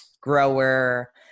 grower